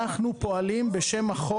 אנחנו פועלים בשם החוק,